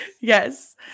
Yes